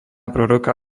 proroka